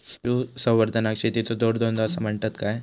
पशुसंवर्धनाक शेतीचो जोडधंदो आसा म्हणतत काय?